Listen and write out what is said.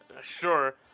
sure